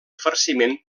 farciment